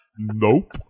Nope